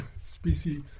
species